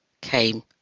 came